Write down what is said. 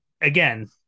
again